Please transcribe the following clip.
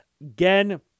Again